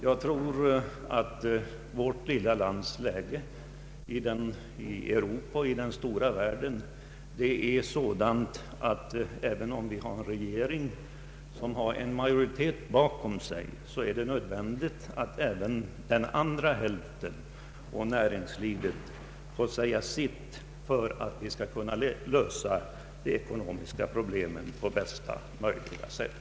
Jag tror att vårt lilla lands läge i Europa och i den stora världen är sådant att det, även om regeringen har en majoritet bakom sig, är nödvändigt att även minoriteten samt näringslivet får säga sitt för att vi skall kunna lösa de ekonomiska problemen på bästa sätt.